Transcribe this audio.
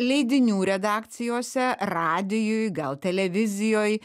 leidinių redakcijose radijuj gal televizijoj